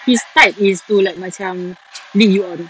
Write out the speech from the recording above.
his type is to like macam lead you on